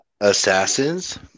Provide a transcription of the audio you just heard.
Assassins